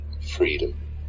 freedom